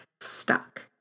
stuck